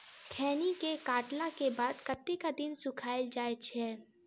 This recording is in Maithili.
खैनी केँ काटला केँ बाद कतेक दिन सुखाइल जाय छैय?